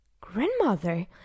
Grandmother